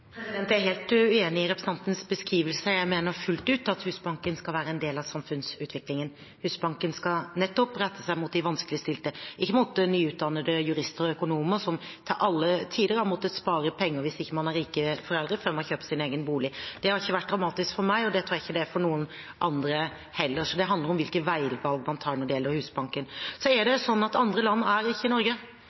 Jeg er helt uenig i representantens beskrivelse. Jeg mener fullt ut at Husbanken skal være en del av samfunnsutviklingen. Husbanken skal nettopp rette seg mot de vanskeligstilte, ikke mot nyutdannede jurister og økonomer, som til alle tider har måttet spare penger før man kjøper sin egen bolig hvis ikke man har rike foreldre. Det har ikke vært dramatisk for meg, og det tror jeg ikke det er for noen andre heller, så det handler om hvilke veivalg man tar når det gjelder Husbanken. Andre land er